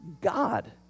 God